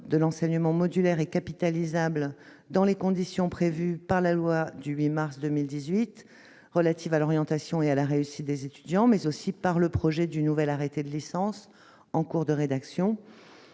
de l'enseignement modulaire et capitalisable dans les conditions prévues par la loi du 8 mars 2018 relative à l'orientation et à la réussite des étudiants, mais aussi par le projet du nouvel arrêté de licence en cours de rédaction.